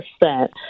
percent